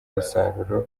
umusaruro